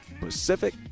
Pacific